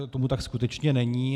Tomu tak skutečně není.